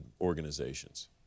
organizations